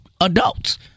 adults